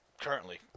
currently